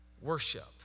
worship